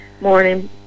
morning